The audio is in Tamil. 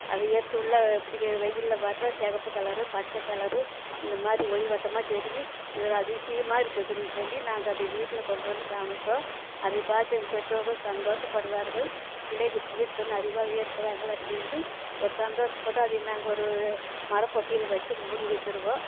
அதை எடுத்து உள்ளார இப்படிக்க வெயிலில் பார்த்தா சிகப்பு கலரு பச்சை கலரு இந்தமாதிரி ஒளிவட்டமாக தெரியும் இது அதிசயமா இருக்குதுன்னு சொல்லி நாங்கள் அதை வீட்டில் கொண்டு வந்து காமிப்போம் அதை பார்த்து எங்கள் பெற்றோர்கள் சந்தோஷப்படுவார்கள் பிள்ளைகள் இப்போவே இத்தனை அறிவாளியாக இருக்காங்களே அப்படின்ட்டு ஒரு சந்தோஷப்பட்டு அது என்னாங்கன்னு ஒரு மரப்பெட்டியில வச்சு மூடி வச்சிடுவோம்